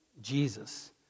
Jesus